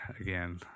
again